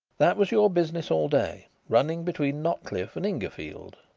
that was your business all day running between notcliff and ingerfield?